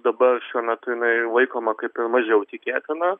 dabar šiuo metu jinai laikoma kaip ir mažiau tikėtina